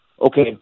okay